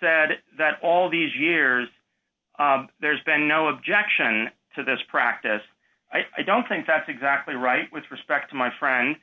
said that all these years there's been no objection to this practice i don't think that's exactly right with respect to my friend